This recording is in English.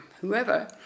whoever